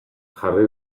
jarri